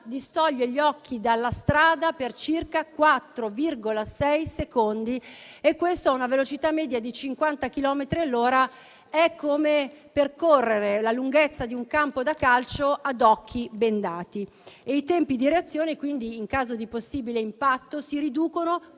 distoglie gli occhi dalla strada per circa 4,6 secondi. Questo, a una velocità media di 50 chilometri all'ora, equivale a percorrere la lunghezza di un campo da calcio a occhi bendati. I tempi di reazione, in caso di possibile impatto, si riducono